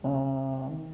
oh